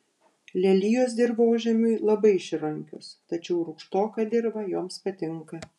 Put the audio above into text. lelijos dirvožemiui labai išrankios tačiau rūgštoka dirva joms patinka